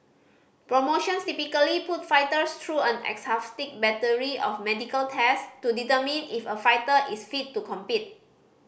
promotions typically put fighters through an exhaustive battery of medical test to determine if a fighter is fit to compete